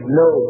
no